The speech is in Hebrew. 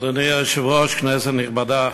אדוני היושב-ראש, כנסת נכבדה,